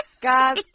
Guys